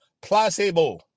placebo